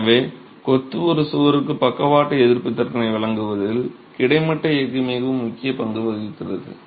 எனவே கொத்து ஒரு சுவருக்கு பக்கவாட்டு எதிர்ப்பு திறனை வழங்குவதில் கிடைமட்ட எஃகு மிகவும் முக்கிய பங்கு வகிக்கிறது